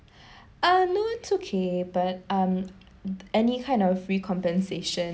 ah no it's okay but um any kind of free compensation